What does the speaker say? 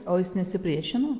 o jis nesipriešino